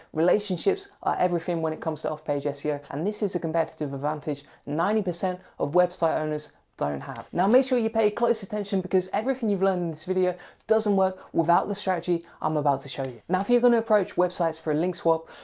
relationships are everything when it comes to off-page seo. and this is a competitive advantage ninety percent of website owners don't have. now make sure you pay close attention because everything you've learnt in this video doesn't work without the strategy i'm about to show you. now if you're gonna approach website for a link swap,